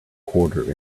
quarter